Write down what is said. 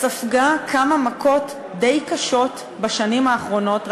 ספגה כמה מכות די קשות בשנים האחרונות.